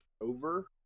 over